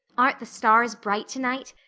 aren't the stars bright tonight?